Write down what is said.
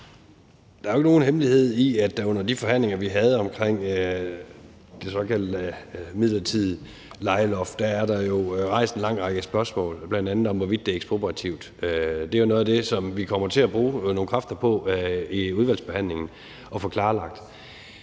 Der er jo ikke nogen hemmelighed i, at der under de forhandlinger, vi havde om det såkaldte midlertidige lejeloft, jo er stillet en lang række spørgsmål, bl.a. om, hvorvidt det er ekspropriativt. Det er jo noget af det, som vi kommer til at bruge nogle kræfter på at få klarlagt